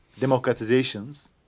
democratizations